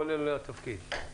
כולל התפקיד.